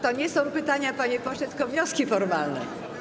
To nie są pytania, panie pośle, tylko wnioski formalne.